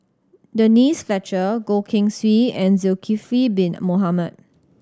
Denise Fletcher Goh Keng Swee and Zulkifli Bin Mohamed